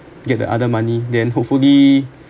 get the other money then hopefully